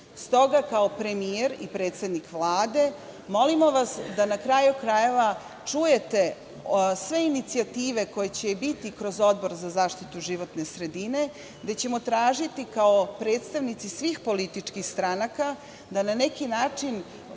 toga, kao premijer i predsednik Vlade, molimo vas da, na kraju krajeva, čujete sve inicijative koje će biti kroz Odbor za zaštitu životne sredine, gde ćemo tražiti kao predstavnici svih političkih stranaka da na neki način